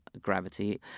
Gravity